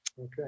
Okay